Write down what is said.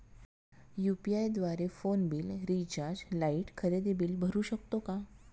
UPI द्वारे phone bill, recharge, light, खरेदी bill भरू शकतो का?